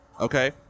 Okay